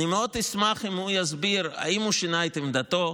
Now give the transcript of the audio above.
אני מאוד אשמח אם הוא יסביר אם הוא שינה את עמדתו,